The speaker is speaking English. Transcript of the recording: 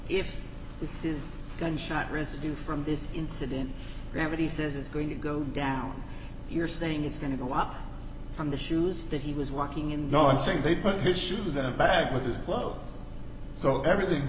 if this is gunshot residue from this incident gravity says it's going to go down you're saying it's going to go up from the shoes that he was walking in not saying they put his shoes and a bag with his clothes so everything